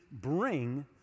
bring